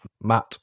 Matt